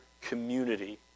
community